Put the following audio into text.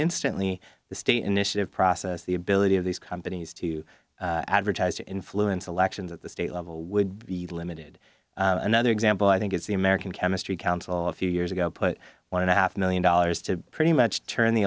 instantly the state initiative process the ability of these companies to advertise to influence elections at the state level would be limited another example i think is the american chemistry council a few years ago put one and a half million dollars to pretty much turn the